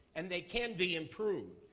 and they can be improved.